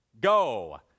Go